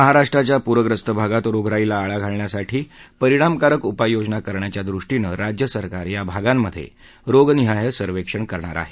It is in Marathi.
महाराष्ट्राच्या पूर्यस्त भागात रोगराईला आळा घालण्यासाठी परिणामकारक उपाय योजना करण्याच्या दृष्टीनं राज्यसरकार या भागांमधे रोगनिहाय सर्वेक्षण करणार आहे